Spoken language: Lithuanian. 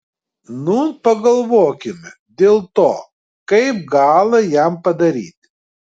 nūn pagalvokime dėl to kaip galą jam padaryti